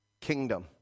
kingdom